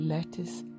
Lettuce